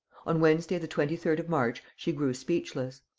on wednesday the twenty third of march she grew speechless.